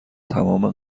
تمام